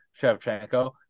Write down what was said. Shevchenko